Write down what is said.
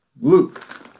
Luke